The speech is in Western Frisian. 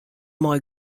mei